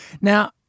Now